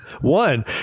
One